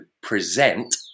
present